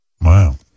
Wow